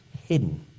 hidden